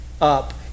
up